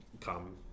come